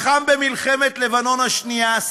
לחם במלחמת לבנון השנייה,